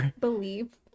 Believe